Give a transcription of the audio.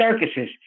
circuses